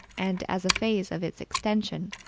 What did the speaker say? and as a phase of its extension.